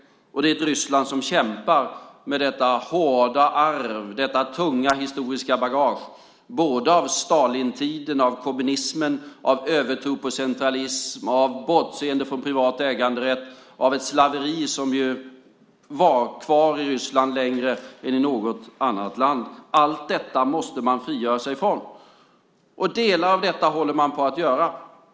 Det är ett Ryssland som kämpar med detta hårda arv, detta tunga historiska bagage av Stalintiden, av kommunismen, av övertro på centralism, av bortseende från privat äganderätt, av ett slaveri som var kvar i Ryssland längre än i något annat land. Allt detta måste man frigöra sig från. Delar av detta håller man på att göra.